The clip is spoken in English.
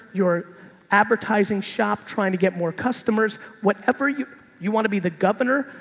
your advertising shop, trying to get more customers, whatever you you want to be. the governor,